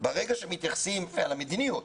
על המדיניות.